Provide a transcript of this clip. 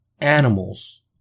animals